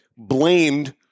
blamed